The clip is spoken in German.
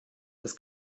das